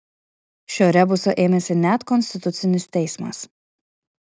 šio rebuso ėmėsi net konstitucinis teismas